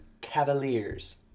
Cavaliers